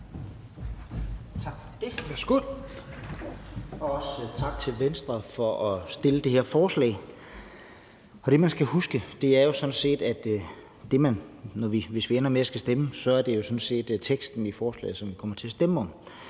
Tak for det. Også tak til Venstre for at fremsætte det her forslag. Det, man skal huske, er jo sådan set, at hvis vi ender med at skulle stemme, så er det teksten i forslaget, som vi kommer til at stemme om: